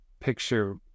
picture